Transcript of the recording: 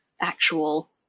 actual